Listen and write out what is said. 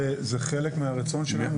וזה חלק מהרצון שלנו.